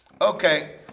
Okay